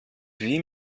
wie